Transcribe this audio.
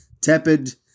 tepid